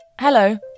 Hello